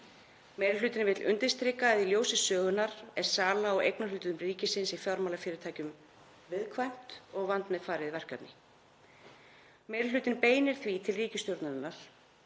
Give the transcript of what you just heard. Meiri hlutinn vill undirstrika að í ljósi sögunnar er sala á eignarhlutum ríkisins í fjármálafyrirtækjum viðkvæmt og vandmeðfarið verkefni. Meiri hlutinn beinir því til ríkisstjórnarinnar